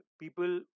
People